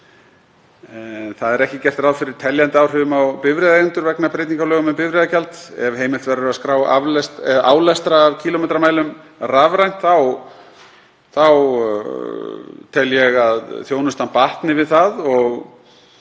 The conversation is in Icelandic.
Ekki er gert ráð fyrir teljandi áhrifum á bifreiðaeigendur vegna breytinga á lögum um bifreiðagjald. Ef heimilt verður að skrá álestur af kílómetramælum rafrænt þá tel ég að þjónustan batni. Það